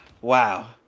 wow